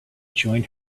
join